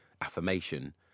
affirmation